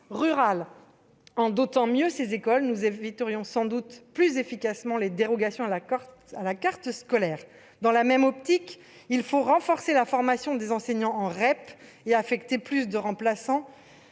rurale, en dotant mieux ces écoles, nous éviterions sans doute plus efficacement les dérogations à la carte scolaire. Dans la même perspective, il faut renforcer la formation des enseignants en REP et y affecter plus de remplaçants.